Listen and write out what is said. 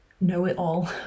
know-it-all